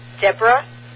Deborah